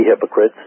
hypocrites